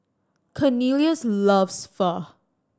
Cornelious loves Pho